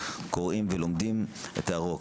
קוראים ולומדים את ההערות.